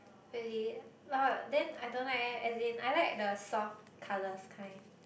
really then I don't like leh as in I like the soft colours kind